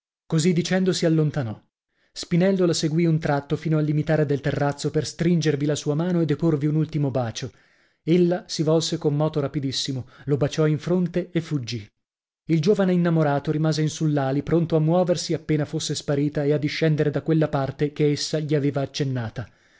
così dicendo si allontanò spinello la seguì un tratto fino al limitare del terrazzo per stringervi la sua mano e deporvi un ultimo bacio ella si volse con moto rapidissimo lo baciò in fronte e fuggì il giovane innamorato rimase in sull'ali pronto a muoversi appena fosse sparita e a discendere da quella parte che essa gli aveva accennata